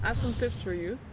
ah some tips for you.